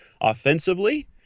offensively